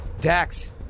Dax